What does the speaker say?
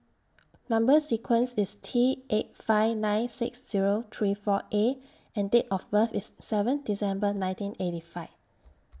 Number sequence IS T eight five nine six Zero three four A and Date of birth IS seven December nineteen eighty five